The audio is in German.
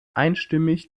einstimmig